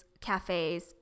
cafes